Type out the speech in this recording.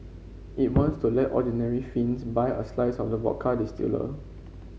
it wants to let ordinary Finns buy a slice of the vodka distiller